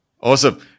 Awesome